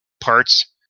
parts